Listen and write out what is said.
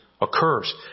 occurs